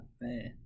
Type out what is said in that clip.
man